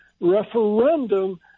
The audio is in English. referendum